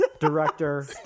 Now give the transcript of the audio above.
director